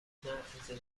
نه، اجازه